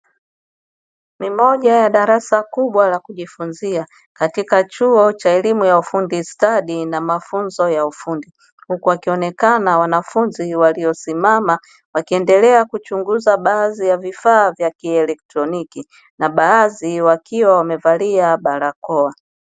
Ni moja ya darasa kubwa la kujifunzia katika chuo cha elimu ya ufundi stadi na mafunzo ya ufundi, huku wakionekana wanafunzi, waliosimama wakiendelea kuchunguza baadhi ya vifaa vya kielektroniki na baadhi wakiwa wamevalia barakoa.